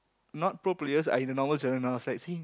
not pro players are in the normal channel now like